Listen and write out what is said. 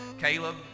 caleb